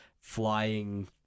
flying